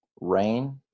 rain